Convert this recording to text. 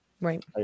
Right